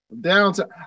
downtown